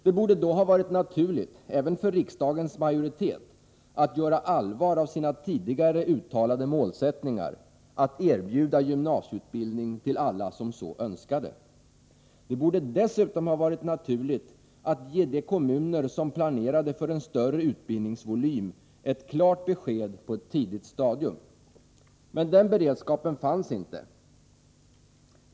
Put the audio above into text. Det borde då ha varit naturligt, även för riksdagens majoritet, att göra allvar av sina tidigare uttalade målsättningar — att erbjuda gymnasieutbildning till alla som så önskade. Det borde dessutom ha varit naturligt att ge de kommuner som planerade för en större utbildningsvolym ett klart besked på ett tidigt stadium. Men den beredskapen fanns inte.